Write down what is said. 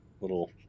little